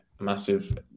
massive